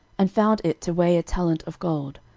and found it to weigh a talent of gold,